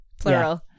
plural